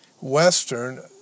Western